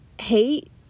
hate